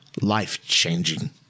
life-changing